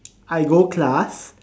I go class